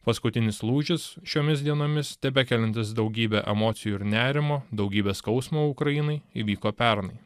paskutinis lūžis šiomis dienomis tebekeliantis daugybę emocijų ir nerimo daugybę skausmo ukrainai įvyko pernai